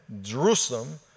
Jerusalem